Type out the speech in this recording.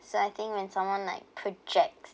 so I think when someone like projects